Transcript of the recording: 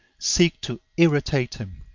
seek to irritate him.